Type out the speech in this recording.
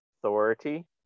authority